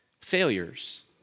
failures